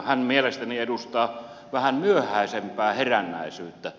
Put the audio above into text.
hän mielestäni edustaa vähän myöhäisempää herännäisyyttä